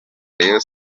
rayon